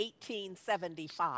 1875